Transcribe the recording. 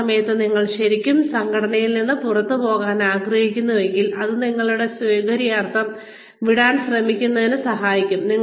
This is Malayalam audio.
ആ സമയത്ത് നിങ്ങൾ ശരിക്കും സംഘടനയിൽ നിന്ന് പുറത്തുപോകാൻ ആഗ്രഹിക്കുന്നുവെങ്കിൽ അത് നിങ്ങളുടെ സൌകര്യാർത്ഥം വിടാൻ ശ്രമിക്കുന്നതിന് സഹായിക്കും